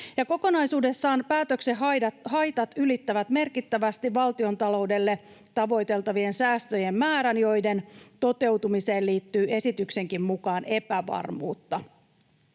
Kokonaisuudessaan päätöksen haitat ylittävät merkittävästi valtiontaloudelle tavoiteltavien säästöjen määrän, joiden toteutumiseen liittyy esityksenkin mukaan epävarmuutta.